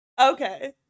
Okay